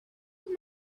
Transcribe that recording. with